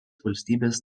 valstybės